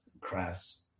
crass